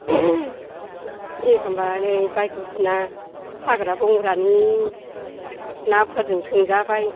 एखमब्ला ओरै बायदिसिना हाग्रा बंग्रानि नाफोरजों संजाबाय